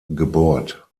gebohrt